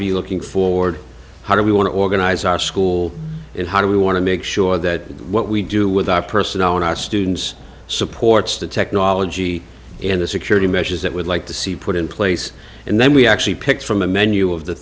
be looking forward how do we want to organize our school and how do we want to make sure that what we do with our personnel in our students supports the technology and the security measures that would like to see put in place and then we actually pick from a menu of the